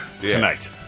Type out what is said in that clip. tonight